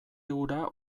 hura